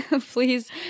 please